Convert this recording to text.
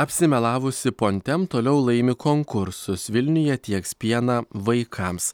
apsimelavusi pontem toliau laimi konkursus vilniuje tieks pieną vaikams